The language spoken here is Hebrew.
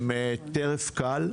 הם טרף קל.